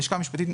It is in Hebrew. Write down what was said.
בלשכה המשפטית,